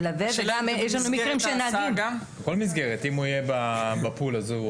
אם הוא יהיה בפול הזה,